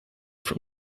from